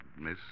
Miss